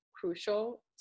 crucial